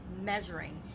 measuring